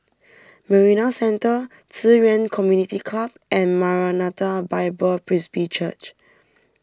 Marina Centre Ci Yuan Community Club and Maranatha Bible Presby Church